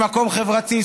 ממקום חברתי,